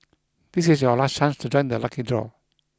this is your last chance to join the lucky draw